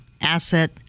asset